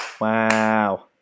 wow